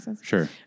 Sure